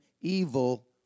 evil